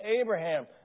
Abraham